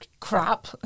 crap